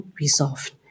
resolved